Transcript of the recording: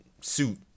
suit